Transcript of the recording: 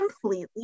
completely